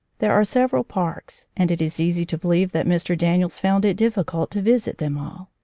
there are several parks, and it is easy to believe that mr. daniels found it difficult to visit them all.